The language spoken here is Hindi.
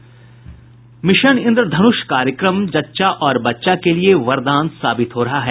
मिशन इंद्रधन्ष कार्यक्रम जच्चा और बच्चा के लिए वरदान साबित हो रहा है